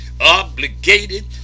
obligated